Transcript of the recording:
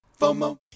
FOMO